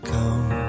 Come